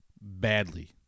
badly